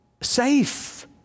safe